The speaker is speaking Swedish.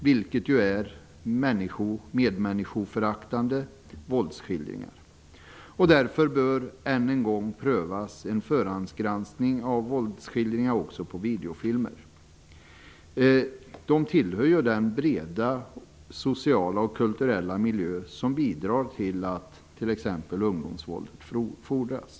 Det handlar ju om medmänniskoföraktande våldsskildringar. Därför bör frågan om en förhandsgranskning av våldsskildringar också när det gäller videofilmer än en gång prövas. De tillhör ju den breda, sociala och kulturella miljö som bidrar till att t.ex. ungdomsvåldet frodas.